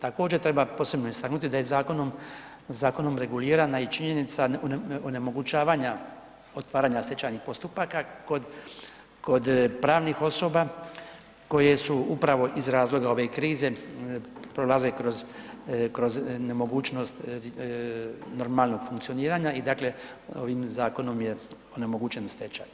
Također treba posebno istaknuti da je zakonom regulirana i činjenica onemogućavanja otvaranja stečajnih postupaka kod pravnih osoba koje su upravo iz razloga ove krize prolaze kroz nemogućnost normalnog funkcioniranja i ovim zakonom onemogućen je stečaj.